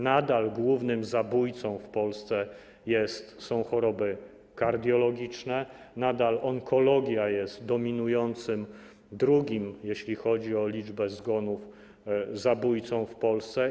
Nadal głównym zabójcą w Polsce są choroby kardiologiczne, nadal onkologia jest dominującym, drugim, jeśli chodzi o liczbę zgonów, zabójcą w Polsce.